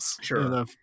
sure